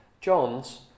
John's